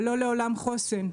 אבל לא לעולם חוסן,